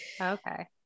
Okay